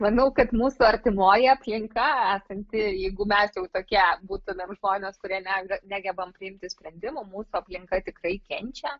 manau kad mūsų artimoji aplinka esanti jeigu mes jau tokie būtumėm žmonės kurie nega negebam priimti sprendimo mūsų aplinka tikrai kenčia